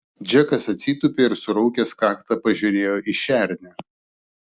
džekas atsitūpė ir suraukęs kaktą pažiūrėjo į šernę